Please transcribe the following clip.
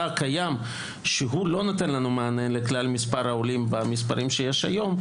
הקיים שהוא לא נותן לנו מענה לכלל מספר העולים במספרים שיש היום,